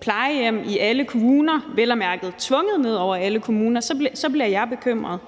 plejehjem i alle kommuner, vel at mærke tvunget ned over alle kommuner, så bliver jeg bekymret.